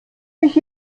mich